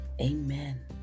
Amen